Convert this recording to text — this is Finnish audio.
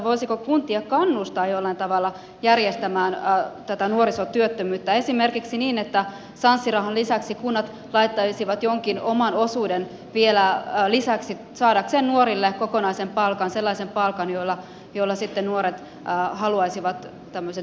voisiko kuntia kannustaa jollain tavalla järjestämään tätä nuorisotyöttömyyttä esimerkiksi niin että sanssi rahan lisäksi kunnat laittaisivat jonkin oman osuuden vielä lisäksi saadakseen nuorille kokonaisen palkan sellaisen palkan jolla sitten nuoret haluaisivat tämmöisen työharjoittelun aloittaa